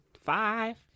Five